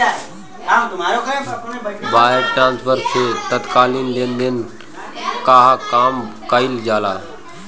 wire transfer से तात्कालिक लेनदेन कअ काम कईल जाला